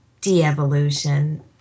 de-evolution